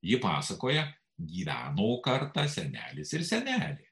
ji pasakoja gyveno kartą senelis ir senelė